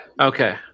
Okay